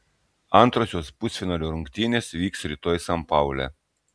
antrosios pusfinalio rungtynės vyks rytoj san paule